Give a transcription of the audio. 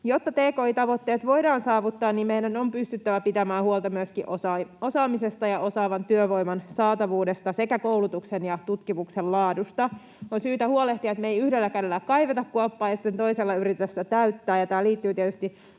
Jotta tki-tavoitteet voidaan saavuttaa, meidän on pystyttävä pitämään huolta myöskin osaamisesta ja osaavan työvoiman saatavuudesta sekä koulutuksen ja tutkimuksen laadusta. On syytä huolehtia, että me ei yhdellä kädellä kaiveta kuoppaa ja sitten toisella yritetä sitä täyttää.